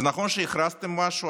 זה נכון שהכרזתם משהו,